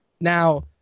Now